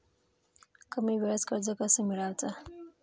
कमी वेळचं कर्ज कस मिळवाचं?